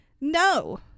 No